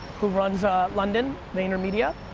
who runs ah london, the intermedia,